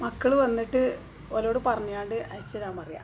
മക്കള് വന്നിട്ട് ഓലോട് പറഞ്ഞാണ്ട് അയച്ചുതരാന് പറയാം